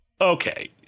okay